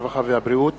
הרווחה והבריאות